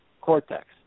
cortex